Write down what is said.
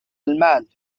المال